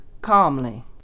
calmly